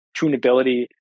tunability